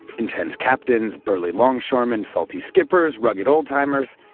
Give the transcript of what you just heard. intense captains, burly longshoreman, salty skippers, rugged old-timers,